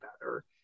better